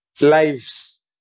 lives